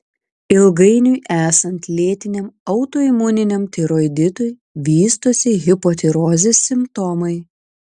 ilgainiui esant lėtiniam autoimuniniam tiroiditui vystosi hipotirozės simptomai